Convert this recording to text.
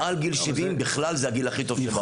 מעל גיל 70 בכלל זה הגיל הכי טוב שבעולם.